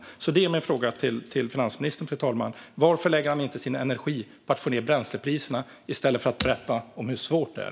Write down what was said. Min fråga till finansministern är varför han inte lägger sin energi på att få ned bränslepriserna i stället för att berätta hur svårt det är.